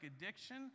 addiction